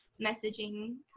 messaging